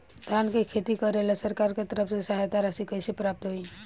धान के खेती करेला सरकार के तरफ से सहायता राशि कइसे प्राप्त होइ?